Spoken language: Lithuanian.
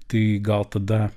tai gal tada